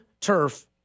turf